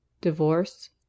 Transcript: divorce